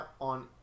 on